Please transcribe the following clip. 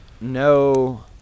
no